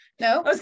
No